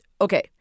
Okay